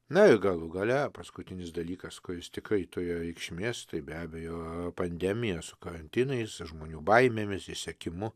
na ir galų gale paskutinis dalykas kuris tikrai turėjo reikšmės tai be abejo pandemija su karantinais žmonių baimėmis išsekimu